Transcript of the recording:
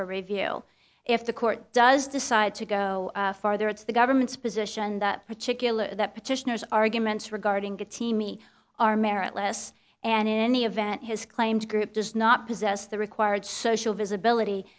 for review if the court does decide to go farther it's the government's position that particular that petitioners arguments regarding the timi are meritless and in any event his claims group does not possess the required social visibility